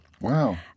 Wow